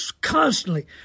constantly